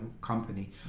Company